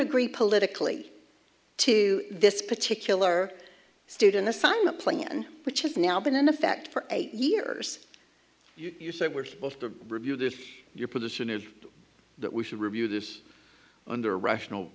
agree politically to this particular student assignment plan which has now been in effect for eight years they were able to review this your position is that we should review this under rational